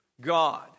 God